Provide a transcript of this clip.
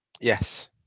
Yes